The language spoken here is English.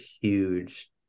huge